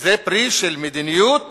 זה פרי של מדיניות